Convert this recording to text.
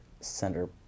center